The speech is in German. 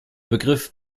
begriff